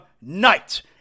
night